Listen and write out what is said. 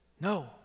No